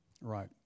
Right